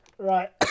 Right